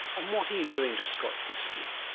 and what are you doing to scotch whiskey?